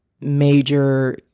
major